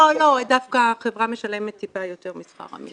לא, דווקא החברה משלמת טיפה יותר משכר המינימום.